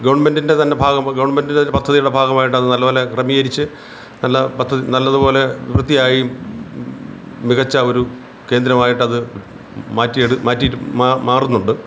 ഗവൺമെൻറിന്റെ തന്നെ ഭാഗം ഗവൺമെൻറിന്റെ പദ്ധതിയുടെ ഭാഗമായിട്ട് അത് നല്ലതുപോലെ ക്രമീകരിച്ച് നല്ല പദ്ധ നല്ലതുപോലെ വൃത്തിയായും മികച്ച ഒരു കേന്ദ്രമായിട്ടത് മാറ്റി ഏട് മാറ്റിയിട്ട് മാറുന്നുണ്ട്